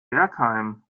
bergheim